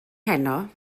heno